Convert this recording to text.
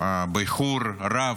באיחור רב,